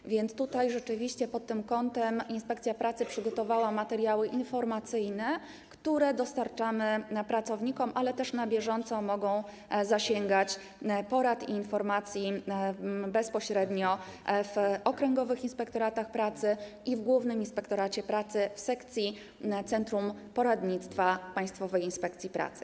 Tak więc tutaj rzeczywiście pod tym kątem inspekcja pracy przygotowała materiały informacyjne, które dostarczamy pracownikom, ale też zainteresowane osoby na bieżąco mogą zasięgać porad i informacji bezpośrednio w okręgowych inspektoratach pracy i w Głównym Inspektoracie Pracy w sekcji Centrum Poradnictwa Państwowej Inspekcji Pracy.